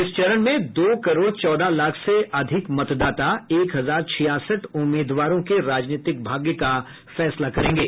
इस चरण में दो करोड चौदह लाख से अधिक मतदाता एक हजार छियासठ उम्मीदवारों के राजनीतिक भाग्य का फैसला करेंगे